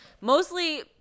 Mostly